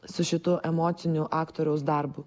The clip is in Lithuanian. su šitu emociniu aktoriaus darbu